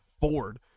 Ford